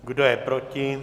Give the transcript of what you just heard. Kdo je proti?